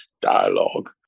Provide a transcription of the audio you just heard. dialogue